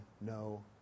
No